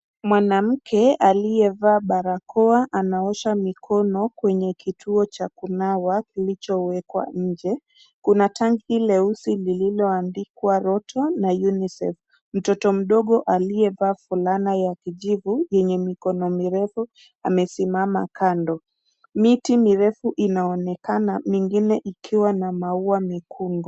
Mwanamke aliyevaa barakoa anaosha mikono kwenye kituo cha kunawa kilichowekwa nje. Kuna tangi leusi lililoandikwa Lotto na UNICEF. Mtoto mdogo aliyevaa fulana ya kijivu yenye mikono mirefu amesimama kando. Miti mirefu inaonekana mingine ikiwa na maua mekundu.